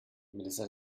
melissa